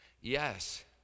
yes